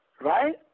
Right